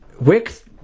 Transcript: wicks